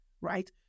right